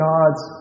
God's